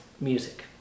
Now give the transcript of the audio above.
Music